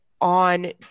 on